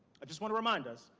i want to remind us,